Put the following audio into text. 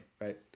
right